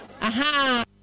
Aha